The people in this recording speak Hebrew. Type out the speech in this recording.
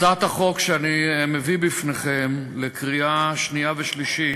הצעת החוק שאני מביא בפניכם לקריאה שנייה ושלישית